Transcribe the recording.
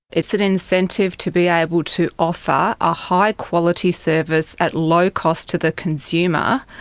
it's an incentive to be able to offer a high-quality service, at low cost to the consumer,